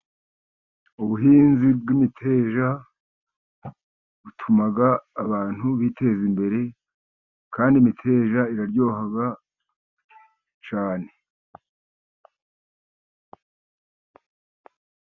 Ubuhinzi bw'imiteja butuma abantu biteza imbere, kandi imiteja iraryoha cyane.